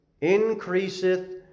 increaseth